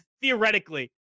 theoretically